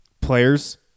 Players